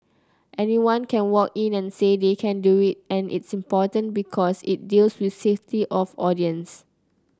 anyone can walk in and say they can do it and it's important because it deals with safety of audience